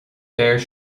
deir